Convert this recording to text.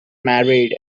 married